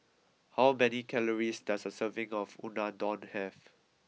how many calories does a serving of Unadon have